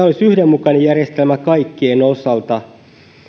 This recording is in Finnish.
olisi yhdenmukainen järjestelmä kaikkien osalta